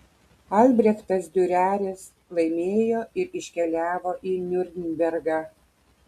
albrechtas diureris laimėjo ir iškeliavo į niurnbergą